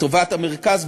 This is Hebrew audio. לטובת המרכז,